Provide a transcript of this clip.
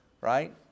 right